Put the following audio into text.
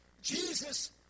Jesus